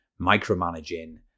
micromanaging